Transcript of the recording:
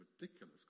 ridiculous